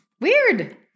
Weird